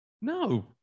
No